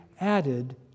added